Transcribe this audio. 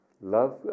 Love